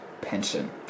pension